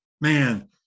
man